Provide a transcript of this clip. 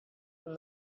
from